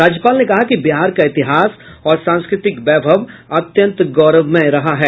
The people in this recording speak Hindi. राज्यपाल ने कहा कि बिहार का इतिहास और सांस्कृतिक वैभव अत्यन्त गौरवमय रहा है